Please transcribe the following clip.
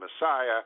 Messiah